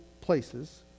places